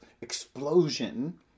explosion